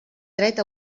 dret